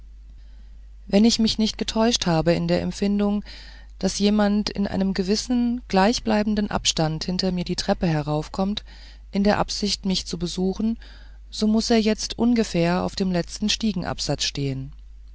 wenn ich mich nicht getäuscht habe in der empfindung daß jemand in einem gewissen gleichbleibenden abstand hinter mir die treppe heraufkommt in der absicht mich zu besuchen so muß er jetzt ungefähr auf dem letzten stiegenabsatz stehen